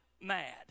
mad